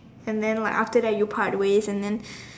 and then like after that you part ways and then